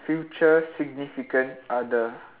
future significant other